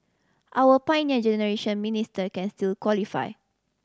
our Pioneer Generation Minister can still qualify